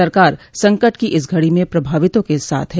सरकार संकट की इस घड़ी में प्रभावितों के साथ है